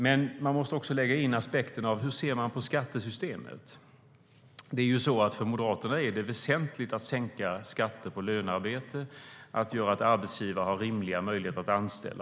Men man måste också lägga in aspekten hur man ser på skattesystemet. För Moderaterna är det väsentligt att sänka skatter på lönearbete och ge arbetsgivare rimliga möjligheter att anställa.